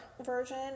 version